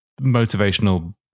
motivational